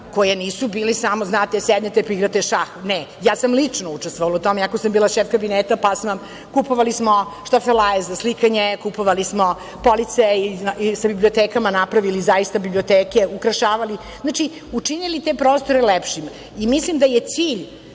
koji nisu bili samo, znate, sednete pa igrate šah. Ne. Ja sam lično učestvovala u tome, iako sam bila šef kabineta. Kupovali smo štafelaje za slikanje, kupovali smo police i napravili zaista biblioteke, ukrašavali, znači, učinili te prostore lepšim. Mislim da je cilj